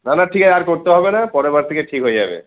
না না ঠিক আছে আর করতে হবে না পরেরবার থেকে ঠিক হয়ে যাবে